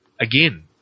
again